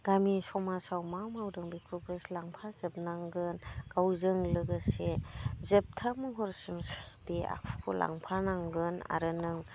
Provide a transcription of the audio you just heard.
गामि समाजाव मा मावदों बेखौबो लांफाजोबनांगोन गावजों लोगोसे जोबथा महरसिम बे आखुखौ लांफा नांगोन आरो नों